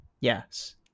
Yes